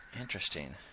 Interesting